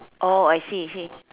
orh I see I see